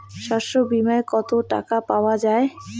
শস্য বিমায় কত টাকা পাওয়া যায়?